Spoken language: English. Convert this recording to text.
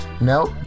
Nope